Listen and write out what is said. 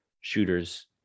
shooters